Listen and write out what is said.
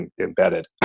embedded